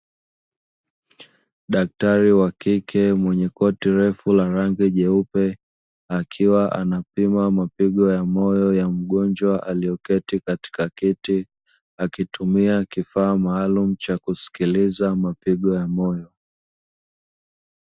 Daktari wa kike mwenye koti refu la rangi nyeupe akiwa anapima mapigo ya moyo ya mgonjwa alioketi katika kiti, akitumia kifaa maalumu cha kusikiliza mapigo ya moyo.